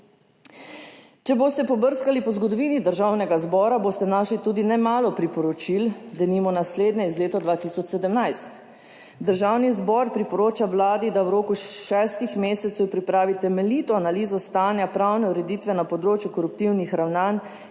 Če boste pobrskali po zgodovini Državnega zbora boste našli tudi nemalo priporočil, denimo naslednje, iz leta 2017 - Državni zbor priporoča Vladi, da v roku šestih mesecev pripravi temeljito analizo stanja pravne ureditve na področju koruptivnih ravnanj